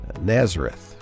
Nazareth